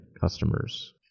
customers